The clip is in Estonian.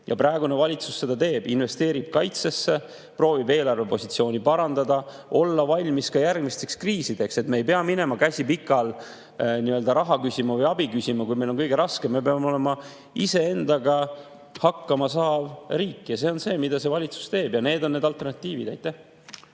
Praegune valitsus seda teeb, investeerib kaitsesse, proovib eelarvepositsiooni parandada, olla valmis ka järgmisteks kriisideks, et me ei peaks minema, käsi pikal, raha või abi küsima, kui meil on kõige raskem. Me peame olema ise endaga hakkama saav riik. See on see, mida see valitsus teeb, ja need on need alternatiivid. Hea